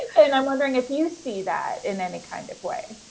and i'm wondering if you see that in any kind of way?